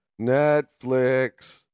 Netflix